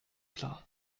klar